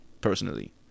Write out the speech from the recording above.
personally